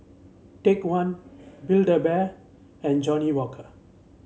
Take One Build A Bear and Johnnie Walker